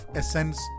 essence